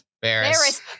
Barris